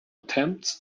attempts